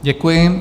Děkuji.